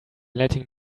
letting